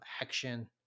action